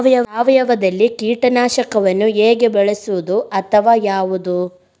ಸಾವಯವದಲ್ಲಿ ಕೀಟನಾಶಕವನ್ನು ಹೇಗೆ ಬಳಸುವುದು ಅಥವಾ ಯಾವುದು?